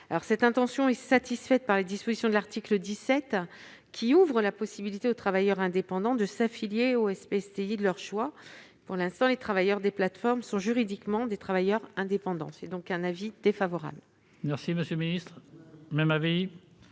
Cette intention est satisfaite par les dispositions de l'article 17, qui ouvre la possibilité aux travailleurs indépendants de s'affilier aux SPSTI de leur choix. Pour l'instant, les travailleurs des plateformes sont juridiquement des travailleurs indépendants. Par conséquent, la